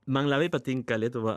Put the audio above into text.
man labai patinka lietuva